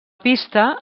pista